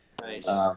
Nice